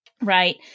right